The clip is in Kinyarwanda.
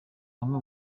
amwe